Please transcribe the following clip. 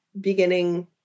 beginning